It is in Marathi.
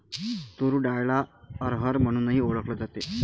तूर डाळला अरहर म्हणूनही ओळखल जाते